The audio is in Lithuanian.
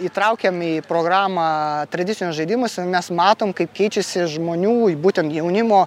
įtraukiam į programą tradicinius žaidimus mes matom kaip keičiasi žmonių būtent jaunimo